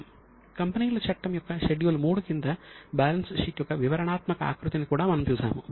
కంపెనీల చట్టం యొక్క షెడ్యూల్ III కింద బ్యాలెన్స్ షీట్ యొక్క వివరణాత్మక ఆకృతిని కూడా మనము చూశాము